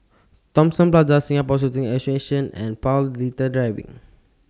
Thomson Plaza Singapore Shooting Association and Paul Little Drive